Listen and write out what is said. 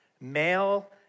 Male